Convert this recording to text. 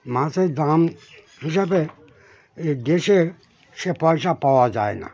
মাছের দাম হিসাবে এ দেশে সে পয়সা পাওয়া যায় না